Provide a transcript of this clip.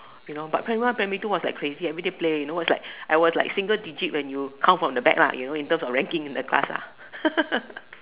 you know but primary one primary two was like crazy everyday play you know it's like I was like single digit when you count from the back lah you know in terms of ranking in the class ah